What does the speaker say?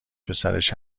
پسرش